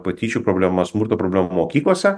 patyčių problema smurto problema mokyklose